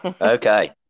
Okay